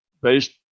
based